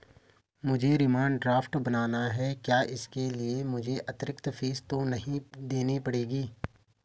मुझे demand draft बनाना है क्या इसके लिए मुझे अतिरिक्त फीस तो नहीं देनी पड़ेगी?